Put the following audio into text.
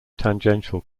tangential